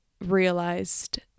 realized